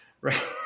Right